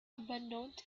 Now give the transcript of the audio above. abandoned